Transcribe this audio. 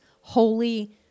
holy